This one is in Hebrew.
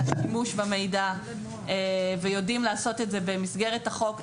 משמעותיות מהשימוש במידע ויודעים לעשות את זה במסגרת החוק.